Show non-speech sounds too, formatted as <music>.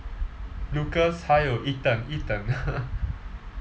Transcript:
lucas 还有 ethan ethan <laughs>